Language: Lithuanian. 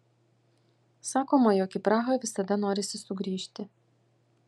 sakoma jog į prahą visada norisi sugrįžti